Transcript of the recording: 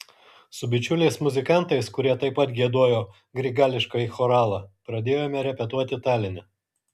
su bičiuliais muzikantais kurie taip pat giedojo grigališkąjį choralą pradėjome repetuoti taline